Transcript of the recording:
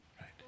Right